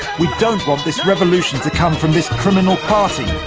we don't want this revolution to come from this criminal party,